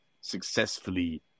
successfully